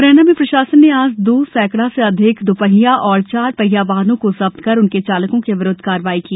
मुरैना में प्रशासन ने आज दो सैकड़ा से अधिक द्रपहिया तथा चार पहिया वाहनों को जब्त कर उनके चालकों के विरुद्ध कार्यवाही की